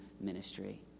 ministry